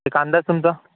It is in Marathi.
एक अंदाज तुमचा